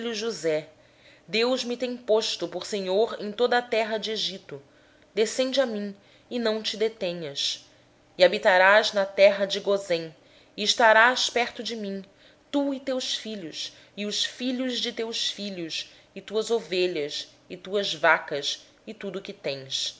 josé deus me tem posto por senhor de toda a terra do egito desce a mim e não te demores habitarás na terra de gósem e estarás perto de mim tu e os teus filhos e os filhos de teus filhos e os teus rebanhos o teu gado e tudo quanto tens